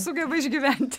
sugeba išgyventi